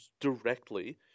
directly